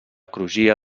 crugia